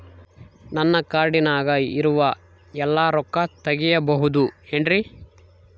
ನನ್ನ ಕಾರ್ಡಿನಾಗ ಇರುವ ಎಲ್ಲಾ ರೊಕ್ಕ ತೆಗೆಯಬಹುದು ಏನ್ರಿ?